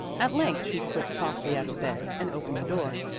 at length she slipped softly out of bed and opened the door.